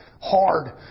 hard